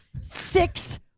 six